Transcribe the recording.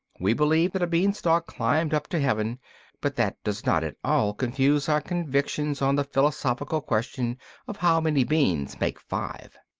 we believe that a bean-stalk climbed up to heaven but that does not at all confuse our convictions on the philosophical question of how many beans make five.